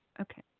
Okay